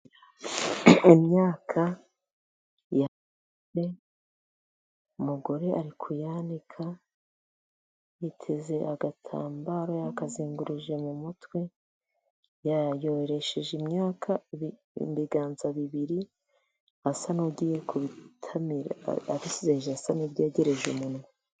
Imyaka umugore ari kuyanika yiteze agatambaro yakazengurukije mu mutwe .Yayoresheje imyaka ibiganza bibiri asa n'ugiye kutamira , asa n'ubyegereje umunwa.